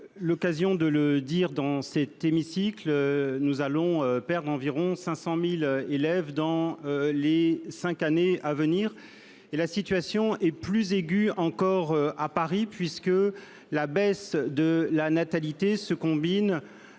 l'occasion de dire dans cet hémicycle que nous allons perdre environ 500 000 élèves dans les cinq années à venir. La situation est plus aiguë encore à Paris, puisque la baisse de la natalité se combine